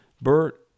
Bert